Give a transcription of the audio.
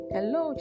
Hello